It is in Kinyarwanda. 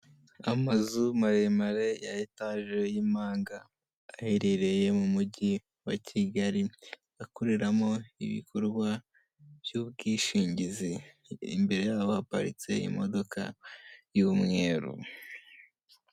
Amazu maremare ya etage y'impanga, aherereye mu mujyi wa Kigali akoreramo ibikorwa by'ubwishingizi imbere yabaparitse imodoka y'mweru.